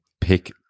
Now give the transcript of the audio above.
pick